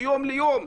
מיום ליום,